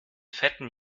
fetten